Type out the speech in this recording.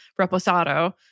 Reposado